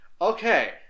Okay